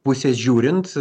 pusės žiūrint